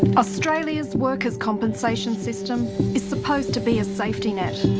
australia's workers compensation system is supposed to be a safety net.